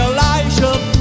Elijah